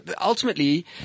ultimately